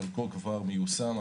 חלקו כבר מיושם,